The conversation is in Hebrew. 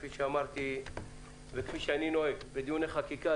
כפי שאמרתי וכפי שאני נוהג בדיוני חקיקה,